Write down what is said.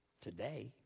today